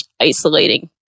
isolating